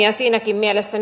ja siinäkin mielessä